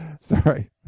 Sorry